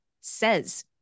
says